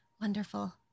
wonderful